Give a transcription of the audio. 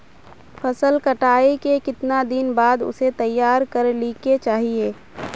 फसल कटाई के कीतना दिन बाद उसे तैयार कर ली के चाहिए?